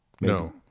No